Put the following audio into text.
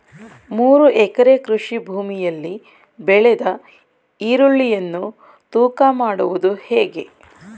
ಮೂರು ಎಕರೆ ಕೃಷಿ ಭೂಮಿಯಲ್ಲಿ ಬೆಳೆದ ಈರುಳ್ಳಿಯನ್ನು ತೂಕ ಮಾಡುವುದು ಹೇಗೆ?